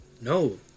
No